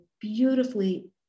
beautifully